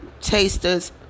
Tasters